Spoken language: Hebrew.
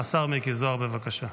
השר מיקי זוהר, בבקשה.